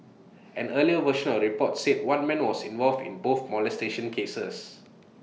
an earlier version of the report said one man was involved in both molestation cases